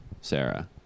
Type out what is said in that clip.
Sarah